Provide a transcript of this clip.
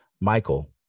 Michael